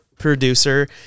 producer